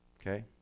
Okay